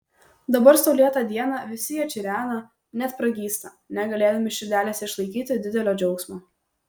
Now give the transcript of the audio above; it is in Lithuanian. dabar saulėtą dieną visi jie čirena net pragysta negalėdami širdelėse išlaikyti didelio džiaugsmo